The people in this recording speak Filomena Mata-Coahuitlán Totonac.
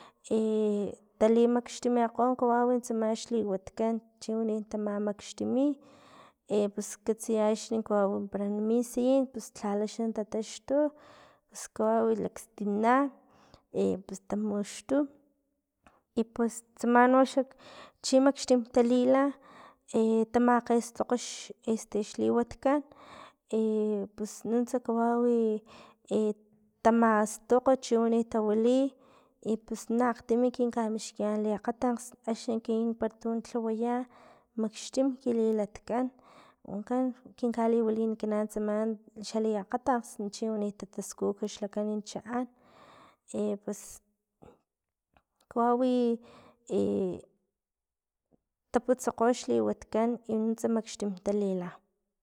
Etalimaxtimikgo kawau tsama xliwat kan chiwani tamamaxtimi pus katsiya axni kawau para na min sayin lha la xa tataxtu pus kawau stina e pus tamuxto i pues tsama noxa chi maxtim talila e tamakgestok xliwatkan i pus nuntsa kawawi i tamastokg chiwani tawili i pus na akgtin kin kamixkiyan kiakgatankgs axni ekinan pero tu lhawaya makxtim kililat kan unkge kinkaliwilinikan tsama xa li lakgatanks chiwani tataskuj tsama chaan e pues kawawi taputsakgo xlakan xliwat kan i nuntsa maxtim talila.